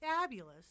fabulous